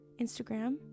instagram